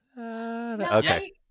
Okay